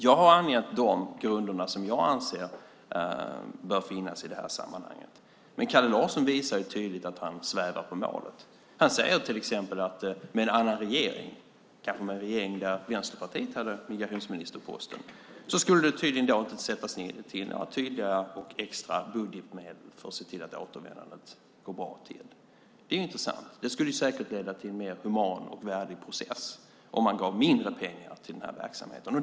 Jag har angett de grunder som jag anser bör finnas i det här sammanhanget. Men Kalle Larsson visar tydligt att han svävar på målet. Han säger till exempel att med en annan regering, kanske med en regering där Vänsterpartiet hade migrationsministerposten, skulle det tydligen inte sättas in några extra budgetmedel för att se till att återvändandet går bra till. Det är intressant. Det skulle säkert leda till en mer human och värdig process om man gav mindre pengar till den verksamheten.